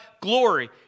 glory